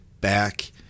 back